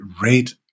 rate